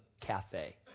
cafe